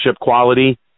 quality